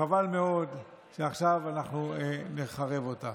וחבל מאוד שעכשיו אנחנו נחרב אותה.